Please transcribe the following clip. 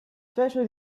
festas